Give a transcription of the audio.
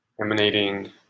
emanating